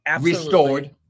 restored